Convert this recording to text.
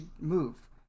move